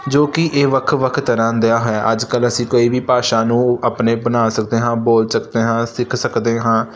ਜੋ ਕਿ ਇਹ ਵੱਖ ਵੱਖ ਤਰ੍ਹਾਂ ਦਾ ਹੈ ਅੱਜ ਕੱਲ੍ਹ ਅਸੀਂ ਕੋਈ ਵੀ ਭਾਸ਼ਾ ਨੂੰ ਆਪਣੇ ਬਣਾ ਸਕਦੇ ਹਾਂ ਬੋਲ ਸਕਦੇ ਹਾਂ ਸਿੱਖ ਸਕਦੇ ਹਾਂ